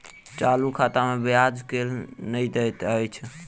चालू खाता मे ब्याज केल नहि दैत अछि